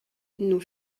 nous